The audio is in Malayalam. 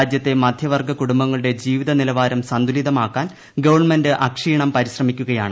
രാജ്യത്തെ മധ്യവർഗ്ഗ കുടുംബങ്ങളുടെ ജീവിത നിലവാരം സന്തുലിതമാക്കാൻ ഗവൺമെന്റ് അക്ഷീണം പരിശ്രമിക്കുകയാണ്